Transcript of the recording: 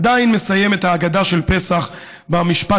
עדיין מסיים את ההגדה של פסח במשפט